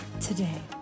today